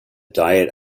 diet